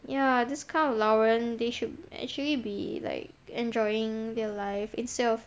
ya this kind of 老人 they should actually be like enjoying their life instead of